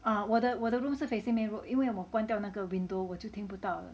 啊我的我的 room 是 facing main road 因为我关掉那个 window 我就听不到了